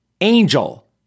angel